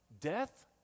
death